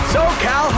SoCal